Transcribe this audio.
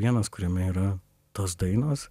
vienas kuriame yra tos dainos